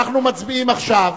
אנחנו מצביעים עכשיו